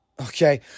Okay